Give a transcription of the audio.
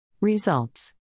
Results